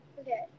Okay